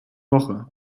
woche